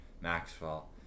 Maxwell